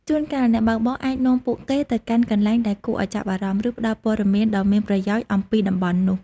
ជួនកាល អ្នកបើកបរអាចនាំពួកគេទៅកាន់កន្លែងដែលគួរឱ្យចាប់អារម្មណ៍ ឬផ្ដល់ព័ត៌មានដ៏មានប្រយោជន៍អំពីតំបន់នោះ។